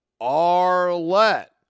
Arlette